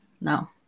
no